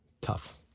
Tough